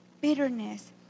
bitterness